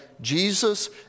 Jesus